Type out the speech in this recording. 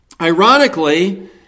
Ironically